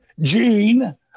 Gene